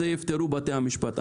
את זה יפתרו בתי המשפט.